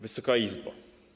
Wysoka Izbo!